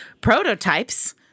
prototypes